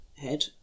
head